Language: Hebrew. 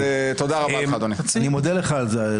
תודה רבה לך, אדוני.